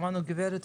שמענו את הגברת,